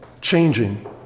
changing